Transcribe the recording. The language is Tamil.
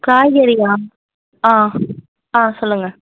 காய்கறியா ஆ ஆ சொல்லுங்கள்